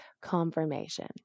confirmation